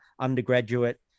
undergraduate